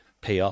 PR